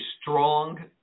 strong